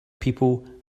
people